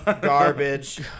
garbage